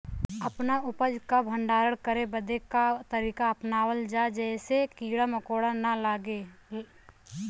अपना उपज क भंडारन करे बदे का तरीका अपनावल जा जेसे कीड़ा मकोड़ा न लगें?